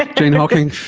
like jane hocking,